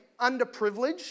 underprivileged